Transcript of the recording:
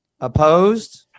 Opposed